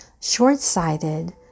short-sighted